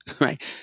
Right